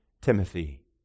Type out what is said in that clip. Timothy